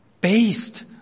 based